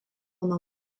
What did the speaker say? nuo